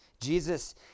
Jesus